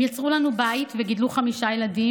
הם יצרו לנו בית וגידלו חמישה ילדים,